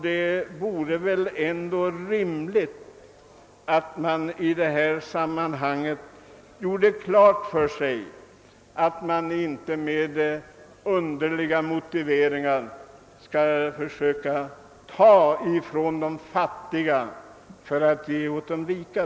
Det vore väl ändå rimligt att man i detta sammanhang gjorde klart för sig att man inte med underliga motiveringar skall försöka ta från de fattiga för att ge åt de rika.